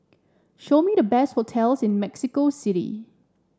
show me the best hotels in Mexico City